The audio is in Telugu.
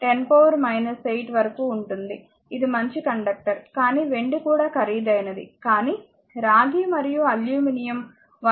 64 10 8 వరకు ఉంటుంది ఇది మంచి కండక్టర్ కానీ వెండి కూడా ఖరీదైనది కానీ రాగి మరియు అల్యూమినియం 1